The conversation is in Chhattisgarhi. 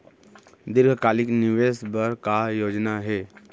दीर्घकालिक निवेश बर का योजना हे?